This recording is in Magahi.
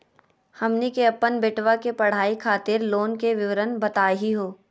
हमनी के अपन बेटवा के पढाई खातीर लोन के विवरण बताही हो?